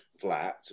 flat